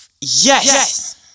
Yes